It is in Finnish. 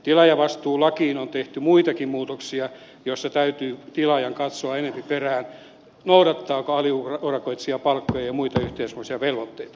tilaajavastuulakiin on tehty muitakin muutoksia että täytyy tilaajan katsoa enempi perään noudattaako aliurakoitsija palkkoja ja muita yhteiskunnallisia velvoitteita